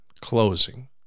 closing